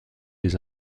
des